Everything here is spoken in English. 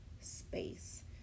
space